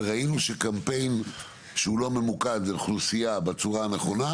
וראינו שקמפיין שהוא לא ממוקד לאוכלוסייה בצורה הנכונה,